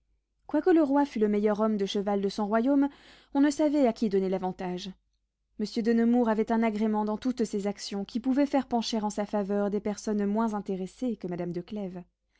quoique le roi fût le meilleur homme de cheval de son royaume on ne savait à qui donner l'avantage monsieur de nemours avait un agrément dans toutes ses actions qui pouvait faire pencher en sa faveur des personnes moins intéressées que madame de clèves